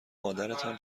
مادرتان